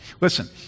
Listen